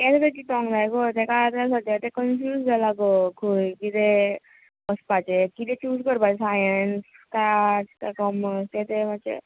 तेंच आतां चितोंक जाय गो ताका आतां सद्या कनफुयज जालां गो खंय कितें वचपाचें कितें च्युज करपाचें सायन्स काय आर्टस कॉमर्स तें तें मातशें